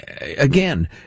again